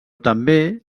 també